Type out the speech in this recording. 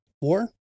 war